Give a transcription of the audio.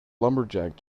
lumberjack